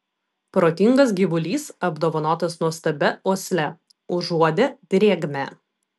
protingas gyvulys apdovanotas nuostabia uosle užuodė drėgmę